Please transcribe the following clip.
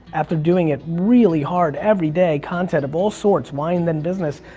after doing it really hard every day, content of all sorts, wine then business,